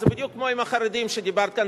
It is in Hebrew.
זה בדיוק כמו עם החרדים שדיברת כאן,